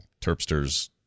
Terpsters